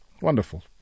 Wonderful